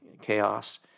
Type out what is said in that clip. chaos